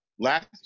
Last